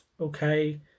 okay